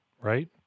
right